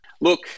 Look